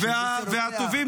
מי שרוצח --- והטובים